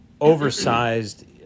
oversized